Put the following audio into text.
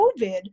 COVID